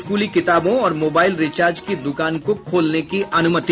स्कूली किताबों और मोबाईल रिचार्ज की दुकान को खोलने की अनुमति